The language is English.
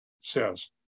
says